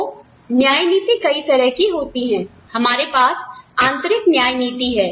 तो न्याय नीति कई तरह की होती हैं हमारे पास आंतरिक न्याय नीति है